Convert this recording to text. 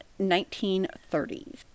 1930s